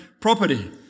property